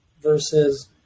versus